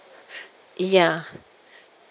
ya